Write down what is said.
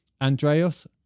Andreas